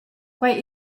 quai